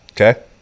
Okay